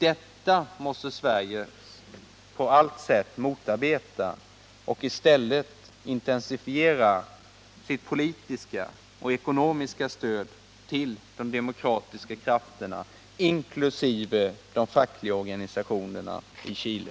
Detta måste Sverige på allt sätt motarbeta och i stället intensifiera sitt politiska och ekonomiska stöd till de demokratiska krafterna inkl. de fackliga organisationerna i Chile.